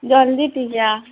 ଜଲ୍ଦି ଟିକେ ଆ